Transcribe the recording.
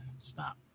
Stop